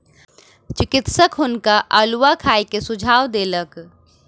चिकित्सक हुनका अउलुआ खाय के सुझाव देलक